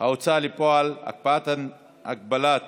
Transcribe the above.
ההוצאה לפועל (הקפאת הגבלת